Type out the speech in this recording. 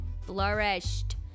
flourished